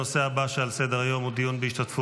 הנושא הבא שעל סדר-היום הוא דיון בהשתתפות